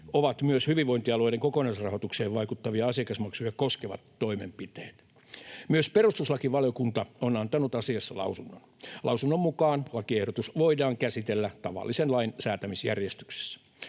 ovat myös hyvinvointialueiden kokonaisrahoitukseen vaikuttavia asiakasmaksuja koskevat toimenpiteet. Myös perustuslakivaliokunta on antanut asiassa lausunnon. Lausunnon mukaan lakiehdotus voidaan käsitellä tavallisen lain säätämisjärjestyksessä.